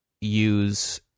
use